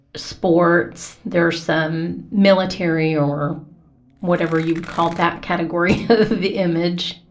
sports, there's some military or whatever you would call that category of image,